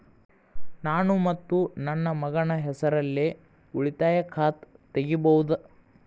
ನಾನು ಮತ್ತು ನನ್ನ ಮಗನ ಹೆಸರಲ್ಲೇ ಉಳಿತಾಯ ಖಾತ ತೆಗಿಬಹುದ?